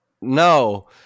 No